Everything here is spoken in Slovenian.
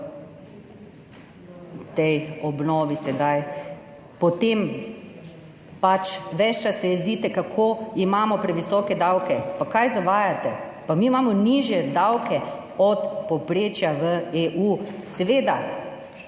o tej obnovi sedaj. Ves čas se jezite, kako imamo previsoke davke. Pa kaj zavajate?! Pa mi imamo nižje davke od povprečja v EU. Seveda,